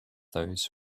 those